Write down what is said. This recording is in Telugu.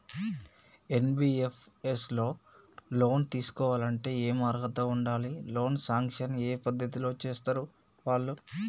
ఎన్.బి.ఎఫ్.ఎస్ లో లోన్ తీస్కోవాలంటే ఏం అర్హత ఉండాలి? లోన్ సాంక్షన్ ఏ పద్ధతి లో చేస్తరు వాళ్లు?